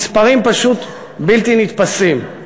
המספרים פשוט בלתי נתפסים.